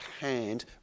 hand